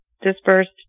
dispersed